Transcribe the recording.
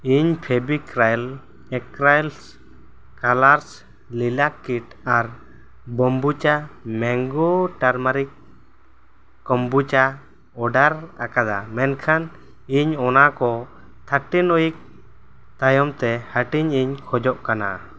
ᱤᱧ Fevicryl acrylic colours ᱞᱤᱞᱟᱠ kit ᱟᱨ kombucha mango turmeric kombucha order ᱟᱠᱟᱫᱟ ᱢᱮᱱᱠᱷᱟᱱ ᱤᱧ ᱚᱱᱟ ᱠᱚ ᱛᱷᱟᱨᱴᱤᱱ ᱩᱭᱤᱠ ᱛᱟᱭᱚᱢ ᱛᱮ ᱦᱟᱴᱤᱧ ᱤᱧ ᱠᱷᱚᱡᱚᱜ ᱠᱟᱱᱟ